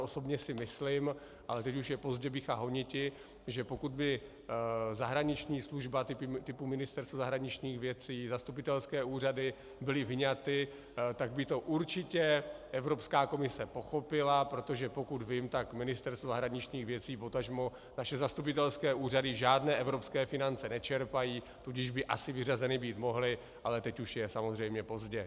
Osobně si myslím, ale teď už je pozdě bycha honiti, že pokud by zahraniční služba typu Ministerstva zahraničí, zastupitelské úřady byly vyňaty, tak by to určitě Evropská komise pochopila, protože pokud vím, tak Ministerstvo zahraničí, potažmo naše zastupitelské úřady žádné evropské finance nečerpají, tudíž by asi vyřazeny být mohly, ale teď už je samozřejmě pozdě.